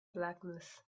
blackness